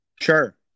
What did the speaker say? sure